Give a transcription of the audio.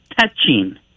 touching